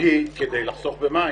כדי לחסוך במים.